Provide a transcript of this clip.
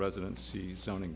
residency zoning